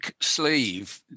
sleeve